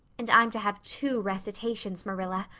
and i'm to have two recitations, marilla.